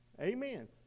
Amen